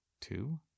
Two